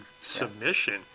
submission